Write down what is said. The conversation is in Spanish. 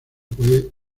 puede